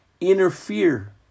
interfere